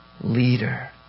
leader